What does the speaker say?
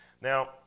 Now